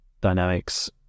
dynamics